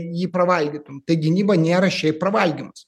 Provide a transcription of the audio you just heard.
jį pravalgytum tai gynyba nėra šiaip pravalgymas